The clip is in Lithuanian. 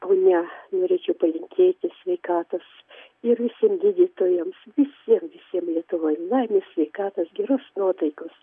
pone norėčiau palinkėti sveikatos ir visiem gydytojams visiem visiem lietuvoj laimės sveikatos geros nuotaikos